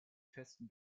festen